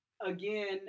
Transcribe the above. Again